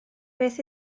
beth